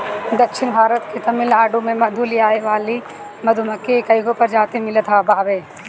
दक्षिण भारत के तमिलनाडु में मधु लियावे वाली मधुमक्खी के कईगो प्रजाति मिलत बावे